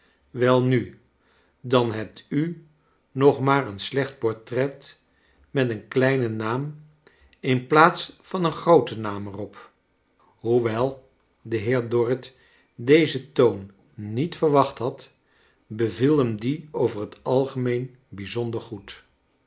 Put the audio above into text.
welnu dan hebt u nog maar een slecht portret met een kleinen naam in plaats van een grooten naam er op hoewel de heer dorrit dezen toon niet verwacht had beviel hem die over het algemeen bijzonder goed